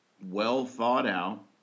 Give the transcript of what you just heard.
well-thought-out